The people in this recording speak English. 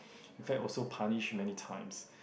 in fact also punished many times